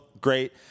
great